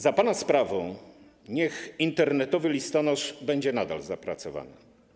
Za pana sprawą niech internetowy listonosz będzie nadal zapracowany.